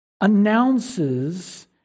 announces